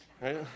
Right